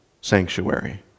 sanctuary